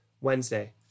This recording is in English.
Wednesday